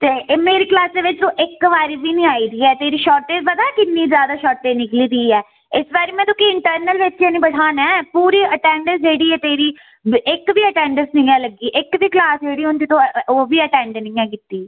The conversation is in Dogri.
ते एह् मेरी क्लासै बिच्च तू इक बारी बी निं आई दी ऐं तेरी शार्टेज पता किन्नी ज्यादा शार्टेज निकली दी ऐ इस बारी में तुक्की इंटरनल बिच्च गै निं बठाना ऐ पूरी अटैंडैंस ऐ जेह्डी ऐ तेरी इक बी अटैंडैंस निं है लग्गी जेह्ड़ी ऐ तेरी निं है तेरी इक बी क्लास जेह्ड़ी ऐ तू ओ बी अटैंड निं है किती दी